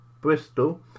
Bristol